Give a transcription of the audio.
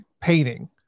painting